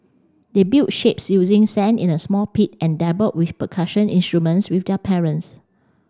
they built shapes using sand in a small pit and dabbled with percussion instruments with their parents